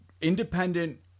independent